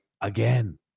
again